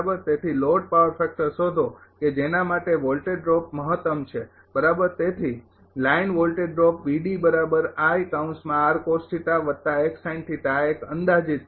તેથી load power factor શોધો કે જેના માટે વોલ્ટેજ ડ્રોપ મહત્તમ છે બરાબર તેથી લાઇન વોલ્ટેજ ડ્રોપ આ એક અંદાજિત છે